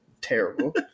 terrible